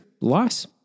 loss